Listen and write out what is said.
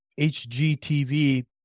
HGTV